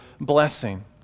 blessing